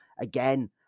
again